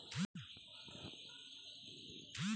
ಅಡಿಕೆ ಬೆಳೆಗೆ ಮೈಲುತುತ್ತು ದ್ರಾವಣ ತಯಾರಿ ಮತ್ತು ಉಪಯೋಗಿಸುವ ಕ್ರಮ ಹೇಗೆ?